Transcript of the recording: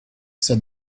said